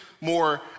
more